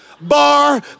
bar